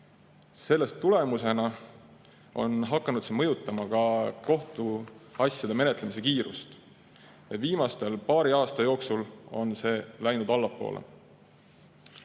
trendis. See on hakanud mõjutama ka kohtuasjade menetlemise kiirust. Viimase paari aasta jooksul on see läinud allapoole.